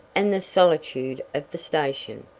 and the solitude of the station.